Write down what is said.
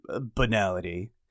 banality